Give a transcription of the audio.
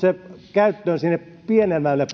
käyttöön sinne pienemmälle